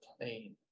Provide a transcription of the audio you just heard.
plane